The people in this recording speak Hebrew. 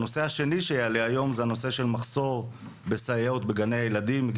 הנושא השני שיעלה היום זה הנושא של מחסור בסייעות בגני הילדים,